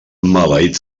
maleït